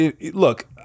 look